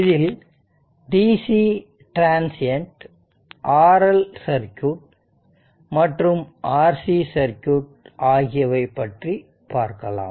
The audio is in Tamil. இதில் dc டிரான்சியண்ட் RL சர்க்யூட் மற்றும் RC சர்க்யூட் ஆகியவை பற்றி பார்க்கலாம்